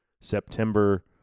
September